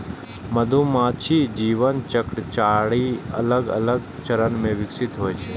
मधुमाछीक जीवन चक्र चारि अलग अलग चरण मे विकसित होइ छै